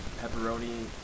pepperoni